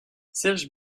serge